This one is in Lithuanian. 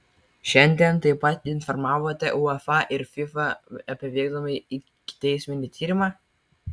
šiandien taip pat informavote uefa ir fifa apie vykdomą ikiteisminį tyrimą